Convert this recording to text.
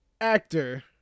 actor